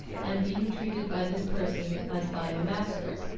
and being treated by this person as by a master,